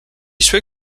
suoi